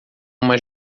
uma